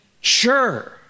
sure